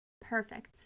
perfect